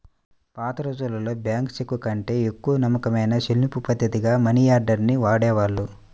పాతరోజుల్లో బ్యేంకు చెక్కుకంటే ఎక్కువ నమ్మకమైన చెల్లింపుపద్ధతిగా మనియార్డర్ ని వాడేవాళ్ళు